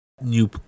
new